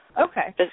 Okay